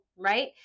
right